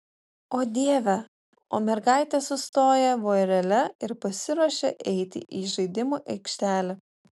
o dieve o mergaitės sustoja vorele ir pasiruošia eiti į žaidimų aikštelę